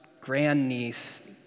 grandniece